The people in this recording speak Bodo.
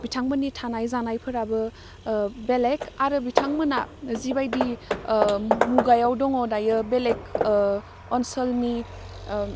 बिथांमोननि थानाय जानायफोराबो बेलेग आरो बिथांमोना जिबायदि मुगायाव दङ दायो बेलेग ओनसोलनि